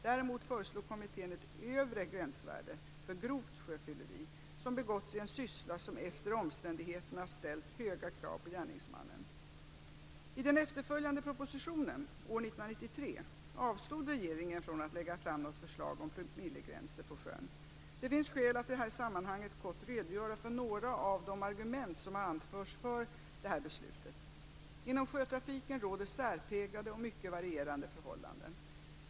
Däremot föreslog kommittén ett övre gränsvärde för grovt sjöfylleri som begåtts i en syssla som efter omständigheterna ställt höga krav på gärningsmannen. I den efterföljande propositionen år 1993 avstod regeringen från att lägga fram något förslag om promillegränser på sjön. Det finns skäl att i detta sammanhang kort redogöra för några av de argument som har anförts för detta beslut. Inom sjötrafiken råder särpräglade och mycket varierande förhållanden.